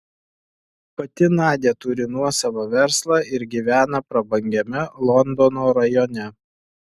pati nadia turi nuosavą verslą ir gyvena prabangiame londono rajone